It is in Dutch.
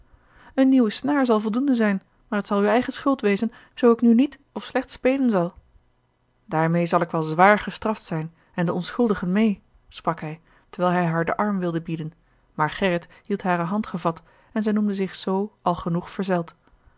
eene nieuwe snaar zal voldoende zijn maar t zal uw eigen schuld wezen zoo ik nu niet of slecht spelen zal daarmeê zal ik wel zwaar gestraft zijn en de onschuldigen meê sprak hij terwijl hij haar den arm wilde bieden maar gerrit hield hare hand gevat en zij noemde zich z al genoeg verzeld